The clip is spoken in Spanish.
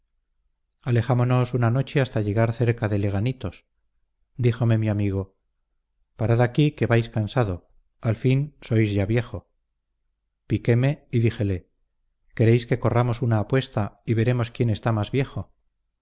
alejámonos una noche hasta llegar cerca de leganitos díjome mi amigo parad aquí que vais cansado al fin sois ya viejo piquéme y díjele queréis que corramos una apuesta y veremos quien está más viejo